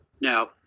Now